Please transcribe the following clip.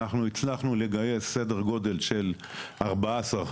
אנחנו הצלחנו לגייס סדר גודל של ארבע עשרה,